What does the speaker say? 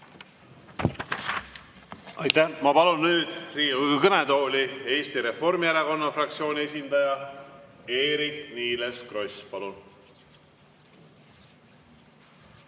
Aitäh! Ma palun nüüd Riigikogu kõnetooli Eesti Reformierakonna fraktsiooni esindaja Eerik-Niiles Krossi. Palun!